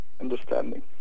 understanding